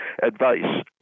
Advice